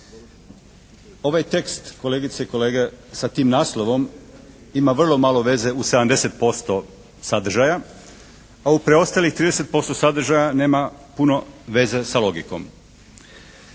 Ovaj tekst kolegice i kolege sa tim naslovom ima vrlo malo veze u 70% sadržaja, a u preostalih 30% sadržaja nema puno veze sa logikom.